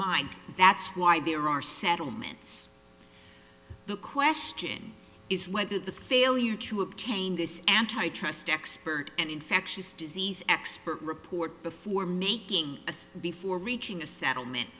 minds that's why there are settlements the question is whether the failure to obtain this antitrust expert and infectious disease expert report before making as before reaching a settlement